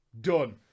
Done